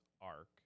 arc